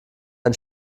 ein